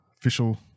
official